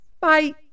Bye